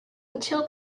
until